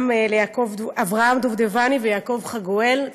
אברהם דובדבני ויעקב חגואל,